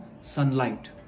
sunlight